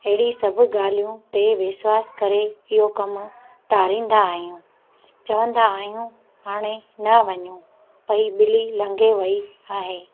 अहिड़ी सभ ॻाल्हियूं ते विश्वास करे इहो कमु टारींदा आहियूं चवंदा आहियूं हाणे न वञूं भई ॿिली लघें वेई आहे